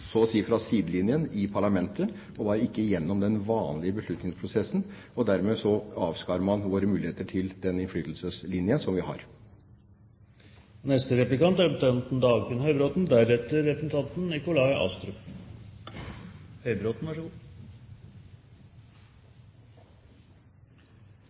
så å si fra sidelinjen i parlamentet og var ikke gjennom den vanlige beslutningsprosessen. Dermed avskar man våre muligheter til den innflytelseslinjen som vi har.